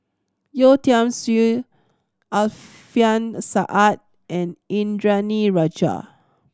Yeo Tiam Siew Alfian Sa'at and Indranee Rajah